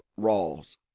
Rawls